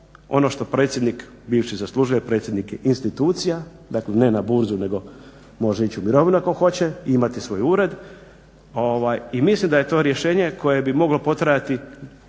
ono što predsjednik, bivši zaslužuje, predsjednik je institucija, dakle ne na burzu nego može ići u mirovinu ako hoće i imati svoj ured. I mislim da je to rješenje koje bi moglo potrajati